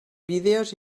vídeos